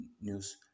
News